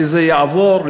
שזה יעבור,